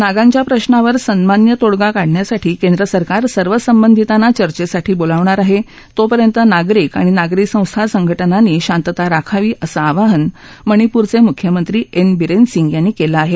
नागाच्या प्रशावर सन्मान्य तोडगा काढण्यासाठी केंद्रसरकार सर्व सद्धीताती चर्चेसाठी बोलावणार आहे तोपर्यंत नागरिक आणि नागरी सर्वा सद्धदनाती शास्त्रा राखावी अस आवाहन मणिपूरचे मुख्यमत्ती एन बिरेनसि याती केल आहे